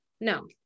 No